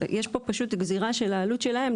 יש פה פשוט גזירה של העלות שלהם,